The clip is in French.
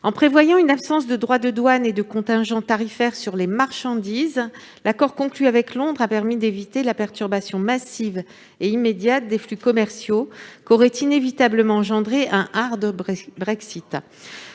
en prévoyant une absence de droits de douane et de contingents tarifaires sur les marchandises, l'accord conclu avec Londres a permis d'éviter la perturbation massive et immédiate des flux commerciaux qu'aurait inévitablement engendrée un. Le